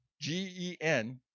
G-E-N